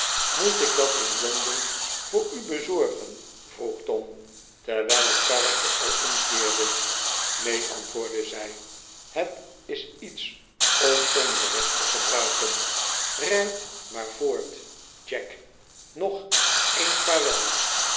moet ik dat in londen voor u bezorgen vroeg tom terwijl het karretje al omkeerde neen antwoordde zij het is iets om onderweg te gebruiken rijd maar voort jack nog eens vaarwel